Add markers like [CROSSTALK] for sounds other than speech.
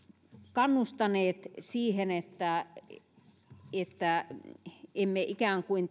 kannustaneet siihen että että emme ikään kuin [UNINTELLIGIBLE]